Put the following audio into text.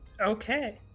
Okay